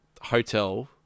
hotel